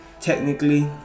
technically